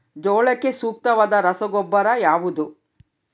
ಜೋಳಕ್ಕೆ ಸೂಕ್ತವಾದ ರಸಗೊಬ್ಬರ ಯಾವುದು?